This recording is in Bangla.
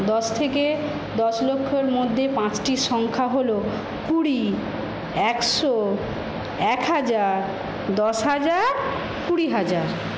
দশ থেকে দশ লক্ষর মধ্যে পাঁচটি সংখ্যা হলো কুড়ি একশো এক হাজার দশ হাজার কুড়ি হাজার